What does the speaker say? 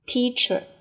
Teacher